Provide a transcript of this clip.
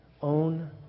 own